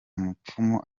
mupfumu